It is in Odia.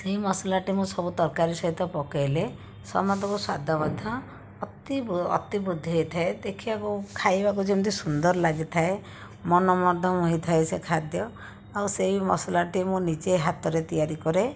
ସେହି ମସଲାଟି ମୁଁ ସବୁ ତରକାରୀ ସହିତ ପକାଇଲେ ସମତଙ୍କୁ ସ୍ଵାଦ ମଧ୍ୟ ଅତି ଅତି ବୃଦ୍ଧି ହୋଇଥାଏ ଦେଖିବାକୁ ଖାଇବାକୁ ଯେମିତି ସୁନ୍ଦର ଲାଗିଥାଏ ମନ ମଧ୍ୟ ମୋହିଥାଏ ସେ ଖାଦ୍ୟ ଆଉ ସେହି ମସଲାଟି ମୁଁ ନିଜେ ହାତରେ ତିଆରି କରେ